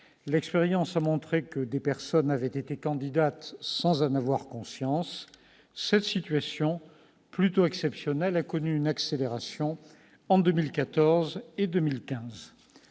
L'expérience a montré que des personnes avaient été candidates sans en avoir conscience. Cette situation plutôt exceptionnelle a connu une accélération en 2014 et en 2015.